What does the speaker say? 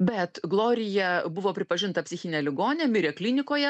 bet glorija buvo pripažinta psichine ligone mirė klinikoje